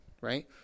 Right